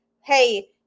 hey